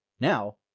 Now